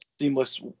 seamless